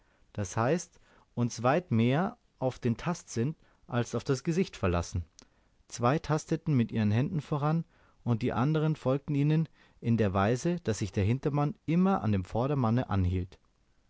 das heißt uns weit mehr auf den tastsinn als auf das gesicht verlassen zwei tasteten mit ihren händen voran und die anderen folgten ihnen in der weise daß sich der hintermann immer an dem vordermanne anhielt